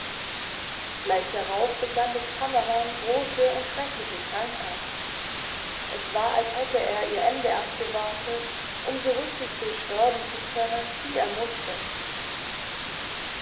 gleich darauf begann des kammerherrn große und schreckliche krankheit es war als hätte er ihr ende abgewartet um so rücksichtslos sterben zu können wie er mußte